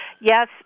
Yes